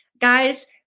Guys